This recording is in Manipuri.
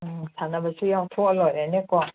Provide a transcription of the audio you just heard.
ꯎꯝ ꯁꯥꯟꯅꯕꯁꯨ ꯌꯥꯎꯊꯣꯛꯑ ꯂꯣꯏꯔꯦꯅꯦꯀꯣ